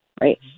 right